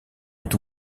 est